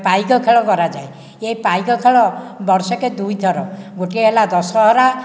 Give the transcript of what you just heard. ପାଇକ ଖେଳ କରାଯାଏ ଏହି ପାଇକ ଖେଳ ବର୍ଷକେ ଦୁଇଥର ଗୋଟିଏ ହେଲା ଦଶହରା